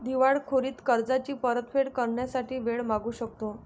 दिवाळखोरीत कर्जाची परतफेड करण्यासाठी वेळ मागू शकतो